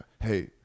Hey